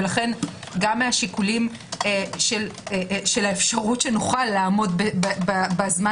לכן גם מהשיקולים של האפשרות שנוכל לעמוד בזמן